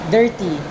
Dirty